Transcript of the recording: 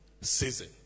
season